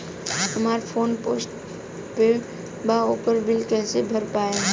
हमार phone postpaid बा ओकर बिल कईसे भर पाएम?